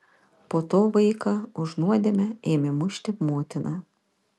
po to vaiką už nuodėmę ėmė mušti motina